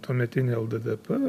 tuometinė lddp